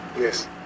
Yes